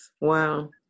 Wow